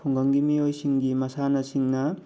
ꯈꯨꯡꯒꯪꯒꯤ ꯃꯤꯑꯣꯏꯁꯤꯡꯒꯤ ꯃꯁꯥꯟꯅꯁꯤꯡꯅ